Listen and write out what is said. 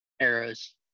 arrows